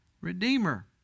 redeemer